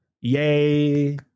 Yay